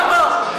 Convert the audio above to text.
למה?